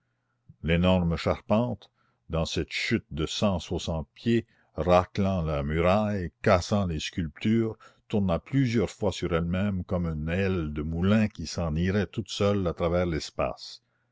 l'énorme charpente dans cette chute de cent soixante pieds raclant la muraille cassant les sculptures tourna plusieurs fois sur elle-même comme une aile de moulin qui s'en irait toute seule à travers l'espace